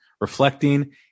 reflecting